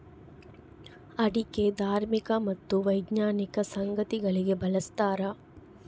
ಅಡಿಕೆ ಧಾರ್ಮಿಕ ಮತ್ತು ವೈಜ್ಞಾನಿಕ ಸಂಗತಿಗಳಿಗೆ ಬಳಸ್ತಾರ